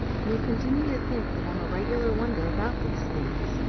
you'll continue to think that i'm a regular wonder about these things,